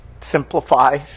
simplify